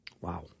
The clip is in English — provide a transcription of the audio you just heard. Wow